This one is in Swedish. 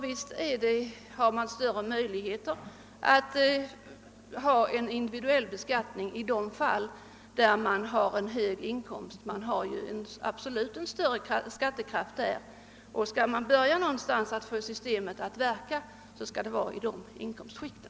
Visst har man större möjligheter att tillämpa individuell beskattning för högre inkomsttagare, ty dessa har absolut en större skattekraft. Skall man börja någonstans att få systemet att verka, skall det vara i dessa inkomstskikt.